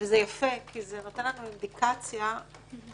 וזה יפה כי זה נותן לנו אינדיקציה שהשוק